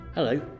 Hello